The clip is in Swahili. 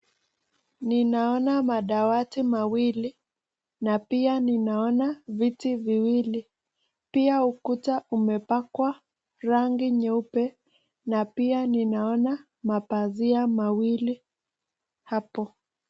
Ninaona madawati mawili na pia ninaona viti viwili, pia ukuta umepakwa rangi nyeupe na pia ninaona mapazia mawili hapo.